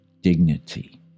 dignity